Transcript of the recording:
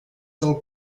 del